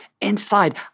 Inside